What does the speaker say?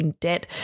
debt